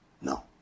No